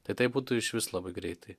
tai tai būtų išvis labai greitai